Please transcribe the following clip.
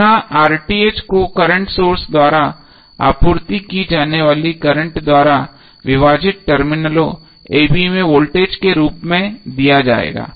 पुन को current source द्वारा आपूर्ति की जाने वाली करंट द्वारा विभाजित टर्मिनलों a b में वोल्टेज के रूप में दिया जाएगा